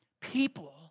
people